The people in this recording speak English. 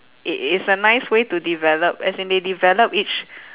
it is a nice way to develop as in they develop each